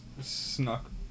snuck